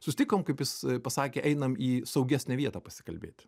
sustikom kaip jis pasakė einam į saugesnę vietą pasikalbėti